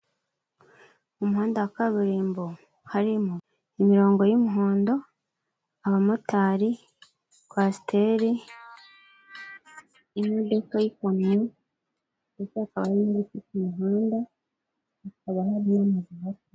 Mu muhanda wa kaburimbo harimo imirongo y'umuhondo ,abamotari, kwasiteri, imodoka y'ikamyo ndetse hakaba hari n'ibiti ku muhanda.